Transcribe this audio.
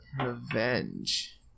revenge